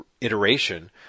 iteration